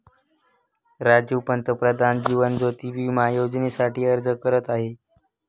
राजीव पंतप्रधान जीवन ज्योती विमा योजनेसाठी अर्ज करत आहे